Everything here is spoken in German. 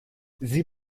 sie